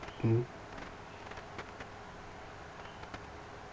mm